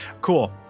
cool